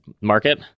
market